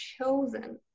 chosen